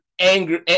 Angry